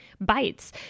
bites